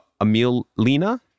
Emilina